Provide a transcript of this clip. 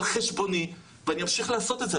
על חשבוני ואני אמשיך לעשות את זה,